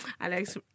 Alex